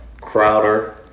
Crowder